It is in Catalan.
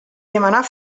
demanar